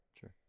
Sure